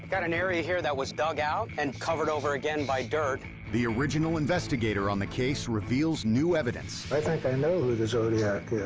got an area here that was dug out and covered over again by dirt. narrator the original investigator on the case reveals new evidence. i think i know who the zodiac